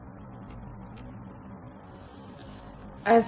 അതിനാൽ IIoT യുടെ ഈ ദത്തെടുക്കലും വളരെ നിസ്സാരമാണ്